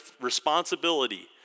responsibility